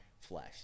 flesh